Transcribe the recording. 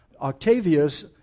Octavius